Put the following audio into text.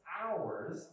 hours